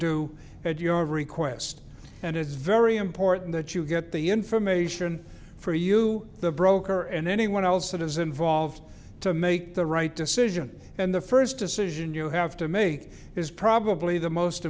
do at your request and it's very important that you get the information for you the broker and anyone else that is involved to make the right decision and the first decision you have to make is probably the most